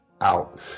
out